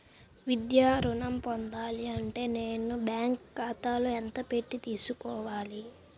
విద్యా ఋణం పొందాలి అంటే నేను బ్యాంకు ఖాతాలో ఎంత పెట్టి తీసుకోవాలి?